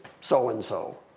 so-and-so